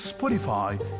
Spotify